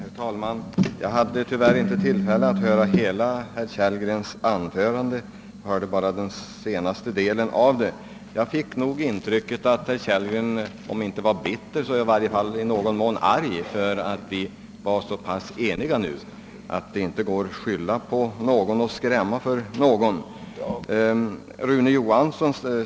Herr talman! Jag hade tyvärr inte tillfälle att höra hela herr Kellgrens anförande utan bara den sista delen av det. Mitt intryck blev ändå att herr Kellgren var om inte bitter, så i varje fall i någon mån arg över att vi nu är så eniga att det inte går att skylla på någon och skrämma för någon.